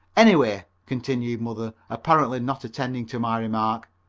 anyway, continued mother, apparently not attending to my remark,